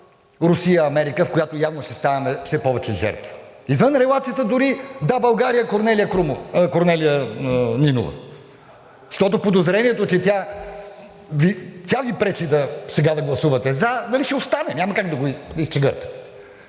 Русия – Америка, в която явно ще ставаме все повече жертва. Извън релацията дори „Да, България“ – Корнелия Нинова. Защото подозрението, че тя Ви пречи сега да гласувате за, ще остане, няма как да го изчегъртвате